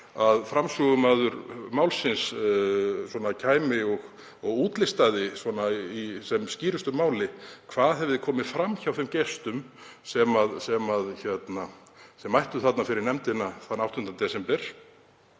að framsögumaður málsins útlistaði í sem skýrustu máli hvað hefði komið fram hjá þeim gestum sem mættu fyrir nefndina þann 8. desember.